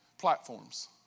platforms